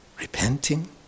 repenting